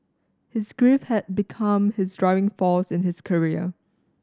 his grief had become his driving force in his career